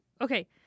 okay